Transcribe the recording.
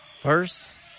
first